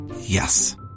Yes